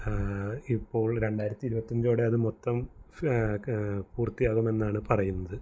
ഇപ്പോൾ രണ്ടായിരത്തിയിരുപത്തഞ്ചോടെ അത് മൊത്തം പൂർത്തിയാകുമെന്നാണ് പറയുന്നത്